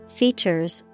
features